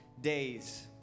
days